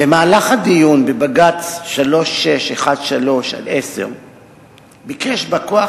במהלך הדיון בבג"ץ 3613/10 ביקש בא-כוח